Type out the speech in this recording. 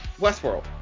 Westworld